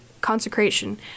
consecration